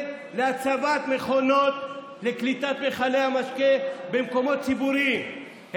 להצבת מכונות לקליטת מכלי המשקה במקומות ציבוריים.